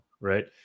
right